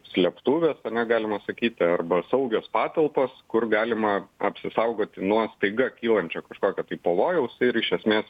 slėptuvės na galima sakyt arba saugios patalpos kur galima apsisaugoti nuo staiga kylančio kažkokio tai pavojaus ir iš esmės